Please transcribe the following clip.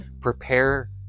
prepare